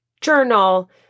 journal